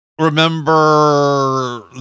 Remember